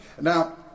Now